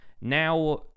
now